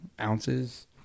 ounces